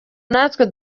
natwe